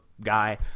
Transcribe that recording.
guy